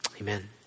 amen